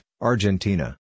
Argentina